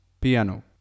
piano